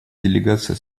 делегация